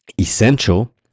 essential